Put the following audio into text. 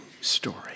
story